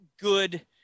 good